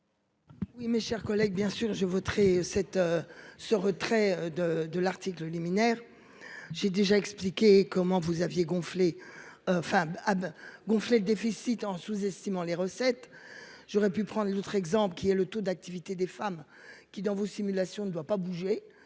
Oui, mes chers collègues. Bien sûr je voterai cette. Ce retrait de de l'article liminaire. J'ai déjà expliqué comment vous aviez gonflé. Femme. Gonfler le déficit en sous-, estimant les recettes. J'aurais pu prendre un autre exemple qui est le taux d'activité des femmes qui dans vos simulations ne doit pas bouger.